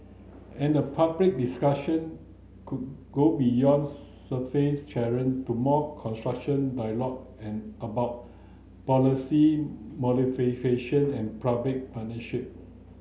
and the public discussion could go beyond surface to more construction dialogue an about policy modification and public partnership